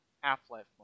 Half-Life